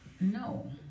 no